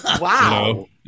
Wow